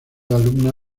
alumna